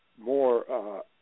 more